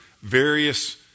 various